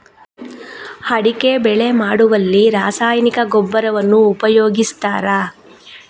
ಅಡಿಕೆ ಬೆಳೆ ಮಾಡುವಲ್ಲಿ ರಾಸಾಯನಿಕ ಗೊಬ್ಬರವನ್ನು ಉಪಯೋಗಿಸ್ತಾರ?